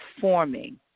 forming